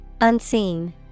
Unseen